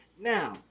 Now